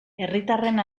herritarren